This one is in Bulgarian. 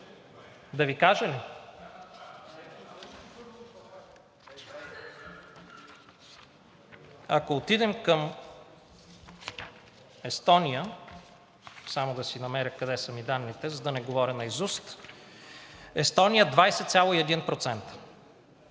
Да Ви кажа ли? Ако отидем към Естония, само да си намеря къде са ми данните, за да не говоря наизуст – Естония – 20,1%,